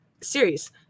series